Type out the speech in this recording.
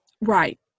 Right